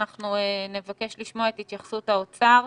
את משרד האוצר,